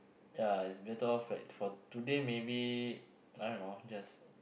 ya it's better off like for today maybe I don't know just